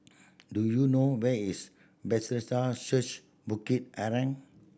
do you know where is Bethesda Church Bukit Arang